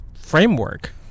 framework